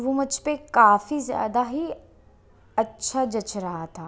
वो मुझ पर काफ़ी ज़्यादा ही अच्छा जच रहा था